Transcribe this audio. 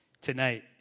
tonight